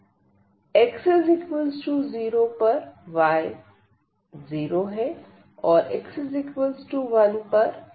x0पर y0 है और x1 पर y1 है